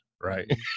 right